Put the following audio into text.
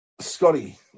Scotty